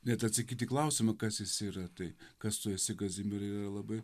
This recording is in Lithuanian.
net atsakyti į klausimą kas jis yra tai kas tu esi kazimierai labai